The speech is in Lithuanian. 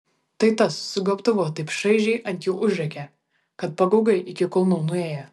tai tas su gobtuvu taip šaižiai ant jų užrėkė kad pagaugai iki kulnų nuėjo